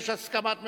יש הסכמת ממשלה,